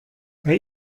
bei